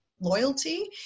loyalty